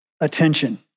attention